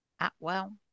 Atwell